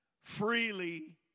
freely